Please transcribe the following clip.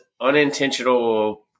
unintentional